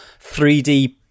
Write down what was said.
3d